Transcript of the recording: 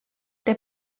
der